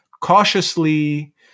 cautiously